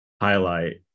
highlight